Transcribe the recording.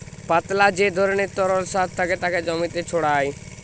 পাতলা যে ধরণের তরল সার থাকে তাকে জমিতে ছড়ায়